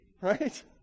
right